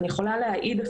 אני יכולה להעיד,